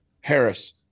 Harris